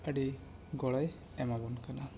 ᱟᱹᱰᱤ ᱜᱚᱲᱚᱭ ᱮᱢᱟ ᱵᱚᱱ ᱠᱟᱱᱟ